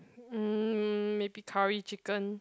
mm maybe curry chicken